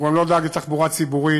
הוא גם לא דאג לתחבורה ציבורית,